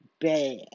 bad